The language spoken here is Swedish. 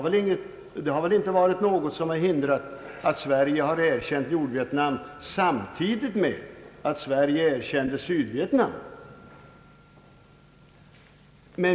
Ingenting hade väl hindrat att Sverige erkänt Nordvietnam samtidigt som Sverige erkände Sydvietnam?